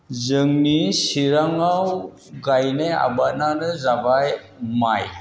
जोंनि चिराङाव गायनाय आबादानो जाबाय माइ